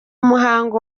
muhango